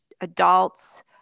adults